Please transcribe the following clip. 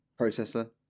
Processor